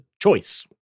choice